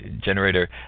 generator